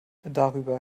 darüber